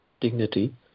dignity